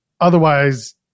otherwise